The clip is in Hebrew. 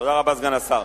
תודה רבה, סגן השר.